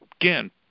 again